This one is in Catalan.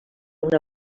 una